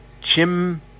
chim